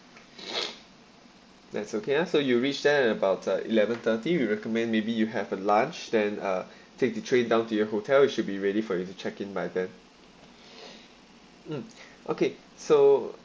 that's okay ah so you reach there at about uh eleven thirty we recommend maybe you have a lunch then uh take the train down to your hotel you should be ready for you to check in by then mm okay so